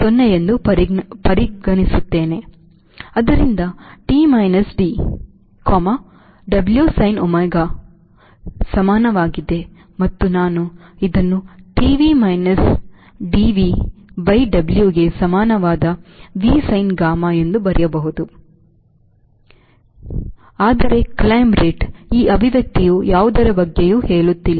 ಆದ್ದರಿಂದ T minus D W sin gammaಕ್ಕೆ ಸಮಾನವಾಗಿದೆ ಮತ್ತು ನಾನು ಇದನ್ನು T V minus D V by W ಗೆ ಸಮಾನವಾದ V sin gamma ಎಂದು ಬರೆಯಬಹುದು ಎಂದು ನಮಗೆ ತಿಳಿದಿದೆ ಇದು ಏನೂ ಅಲ್ಲ ಆದರೆ Climbrate ಈ ಅಭಿವ್ಯಕ್ತಿಯು ಯಾವುದರ ಬಗ್ಗೆಯೂ ಹೇಳುತ್ತಿಲ್ಲ